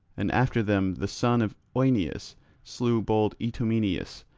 and after them the son of oeneus slew bold itomeneus,